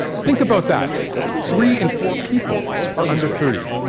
think about that three in four people are under thirty.